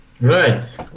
Right